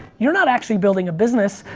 you're not actually building a business,